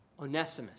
Onesimus